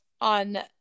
on